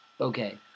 Okay